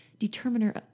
determiner